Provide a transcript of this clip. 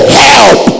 help